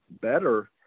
better